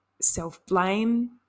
self-blame